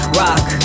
rock